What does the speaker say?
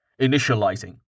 Initializing